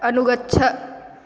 अनुगच्छ